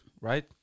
right